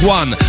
one